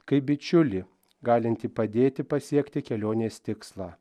kaip bičiulį galintį padėti pasiekti kelionės tikslą